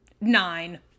nine